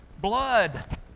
blood